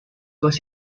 was